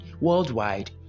worldwide